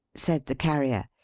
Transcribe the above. said the carrier.